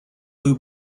blue